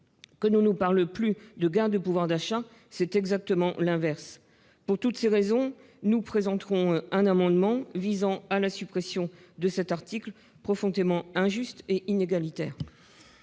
Que l'on ne nous parle plus de gains de pouvoir d'achat, c'est exactement l'inverse ! Pour toutes ces raisons, nous présenterons un amendement visant à supprimer cet article profondément injuste et inégalitaire.